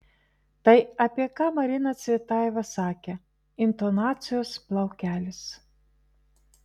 tai apie ką marina cvetajeva sakė intonacijos plaukelis